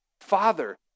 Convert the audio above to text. Father